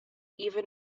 even